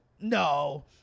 no